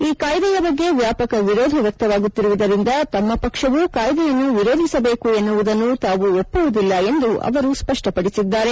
ಈ ಕಾಯ್ದೆಯ ಬಗ್ಗೆ ವ್ಯಾಪಕ ವಿರೋಧ ವ್ಯಕ್ತವಾಗುತ್ತಿರುವುದರಿಂದ ತಮ್ಮ ಪಕ್ಷವೂ ಕಾಯ್ದೆಯನ್ನು ವಿರೋಧಿಸಬೇಕು ಎನ್ನುವುದನ್ನು ತಾವು ಒಪ್ಪುವುದಿಲ್ಲ ಎಂದು ಅವರು ಸ್ವಷ್ವಪಡಿಸಿದ್ದಾರೆ